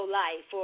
life